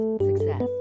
success